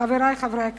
חברי חברי הכנסת,